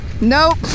Nope